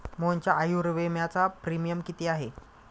मोहनच्या आयुर्विम्याचा प्रीमियम किती आहे?